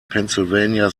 pennsylvania